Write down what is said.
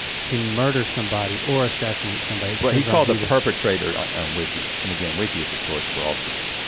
can murder somebody or assassinate somebody. but he's called a perpetrator on um wiki and again, wiki is the source for all truth.